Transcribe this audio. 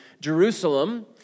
Jerusalem